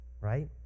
right